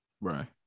Right